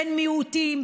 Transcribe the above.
בין מיעוטים,